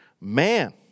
man